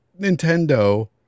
Nintendo